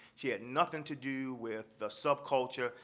she had nothing to do with the subculture.